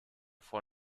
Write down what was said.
vor